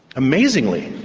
amazingly,